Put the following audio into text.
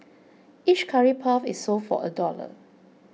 each curry puff is sold for a dollar